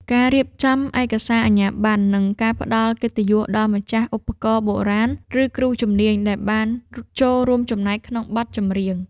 ការរៀបចំឯកសារអាជ្ញាប័ណ្ណ និងការផ្ដល់កិត្តិយសដល់ម្ចាស់ឧបករណ៍បុរាណ ឬគ្រូជំនាញដែលបានចូលរួមចំណែកក្នុងបទចម្រៀង។